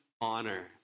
honor